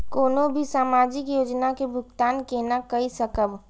कोनो भी सामाजिक योजना के भुगतान केना कई सकब?